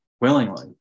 willingly